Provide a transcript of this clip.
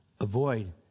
avoid